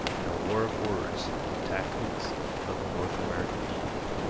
in a war of words, the tactics of the north american indian.